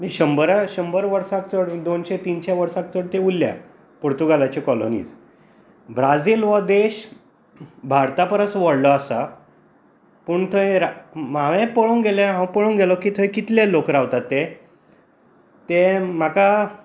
आनी शंबरा शंबर वर्सां चड दोनशे तीनशे वर्सां चड ते उरल्यात पुर्तुगलाच्यो कॉलनीज ब्राजील हो देश भारता परस व्हडलो आसा पूण थंय रा हांवें पळोवंक गेल्यार हांव पळोवंक गेलो थंय कितले लोक रावतात ते ते म्हाका